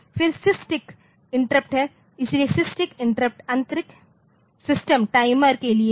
फिर SysTick interrupt है इसलिए SysTick इंटरप्ट आंतरिक सिस्टम टाइमर के लिए है